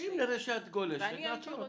אם נראה שאת גולשת, נעצור אותך.